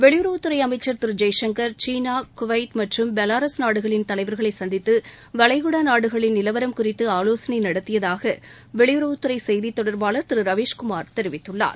வெளியுறவுத்துறை அமச்சர் திரு ஜெய்சங்கள் சீனா குவைத் மற்றும் பெலாரஸ் நாடுகளின் தலைவா்களை சந்தித்து வளைகுடா நாடுகளின் நிலவரம் குறித்து ஆலோசனை நடத்தியதாக வெளியுறவுத்துறை செய்தி தொடர்பாள திரு ரவீஸ் குமார் தெரிவித்துள்ளார்